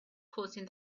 causing